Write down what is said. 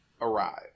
arrive